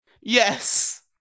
Yes